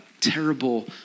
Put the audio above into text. terrible